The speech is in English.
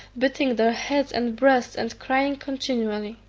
beating their heads and breasts, and crying continually,